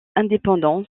indépendant